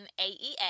AEA